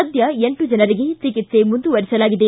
ಸದ್ದ ಎಂಟು ಜನರಿಗೆ ಚಿಕಿತ್ಸೆ ಮುಂದುವರೆಸಲಾಗಿದೆ